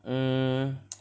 mm